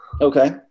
okay